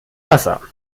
wasser